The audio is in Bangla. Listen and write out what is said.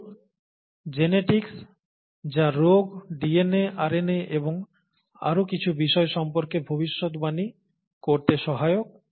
কিছু জেনেটিক্স যা রোগ ডিএনএ আরএনএ এবং আরও কিছু বিষয় সম্পর্কে ভবিষ্যদ্বাণী করতে সহায়ক